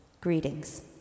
greetings